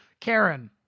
Karen